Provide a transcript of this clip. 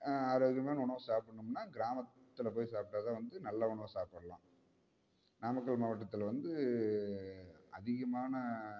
ஆரோக்கியமான உணவு சாப்பிட்ணும்னா கிராமத்தில் போய் சாப்பிட்டாதான் வந்து நல்ல உணவு சாப்பிட்லாம் நாமக்கல் மாவட்டத்தில் வந்து அதிகமான